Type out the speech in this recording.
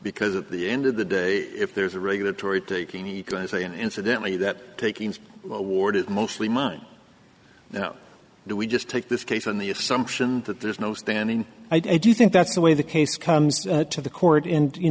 because at the end of the day if there's a regulatory taking the same incidentally that takings awarded mostly mine now do we just take this case on the assumption that there's no standing i do think that's the way the case comes to the court and you